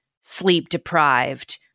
sleep-deprived